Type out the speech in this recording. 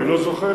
אני לא זוכר,